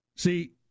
See